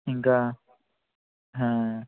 ఇంకా